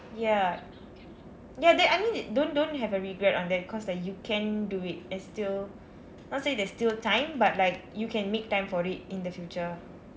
ya ya that I mean don't don't have a regret on that cause like you can do it there's still not say there's still time but like you can make time for it in the future